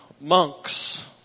monks